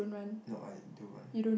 no I do run